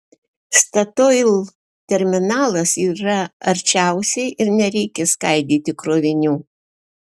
statoil terminalas yra arčiausiai ir nereikia skaidyti krovinių